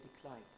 decline